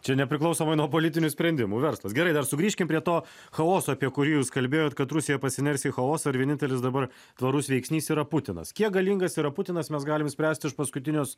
čia nepriklausomai nuo politinių sprendimų verslas gerai dar sugrįžkim prie to chaoso apie kurį jūs kalbėjot kad rusija pasiners į chaosą ir vienintelis dabar tvarus veiksnys yra putinas kiek galingas yra putinas mes galim spręst iš paskutinios